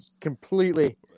completely